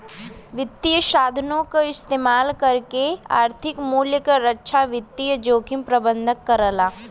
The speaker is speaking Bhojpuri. वित्तीय साधनों क इस्तेमाल करके आर्थिक मूल्य क रक्षा वित्तीय जोखिम प्रबंधन करला